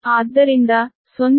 ಆದ್ದರಿಂದ 0